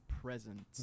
present